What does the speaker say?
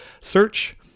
search